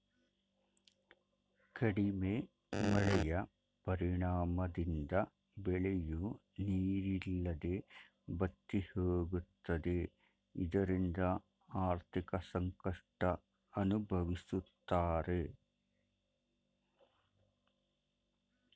ಕಡಿಮೆ ಮಳೆಯ ಪರಿಣಾಮದಿಂದ ಬೆಳೆಯೂ ನೀರಿಲ್ಲದೆ ಬತ್ತಿಹೋಗುತ್ತದೆ ಇದರಿಂದ ಆರ್ಥಿಕ ಸಂಕಷ್ಟ ಅನುಭವಿಸುತ್ತಾರೆ